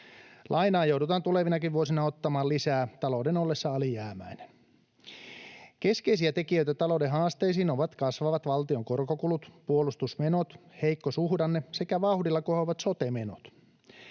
Lainaa joudutaan tulevinakin vuosina ottamaan lisää talouden ollessa alijäämäinen. Keskeisiä tekijöitä talouden haasteisiin ovat kasvavat valtion korkokulut, puolustusmenot, heikko suhdanne sekä vauhdilla kohoavat sote-menot.